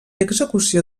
execució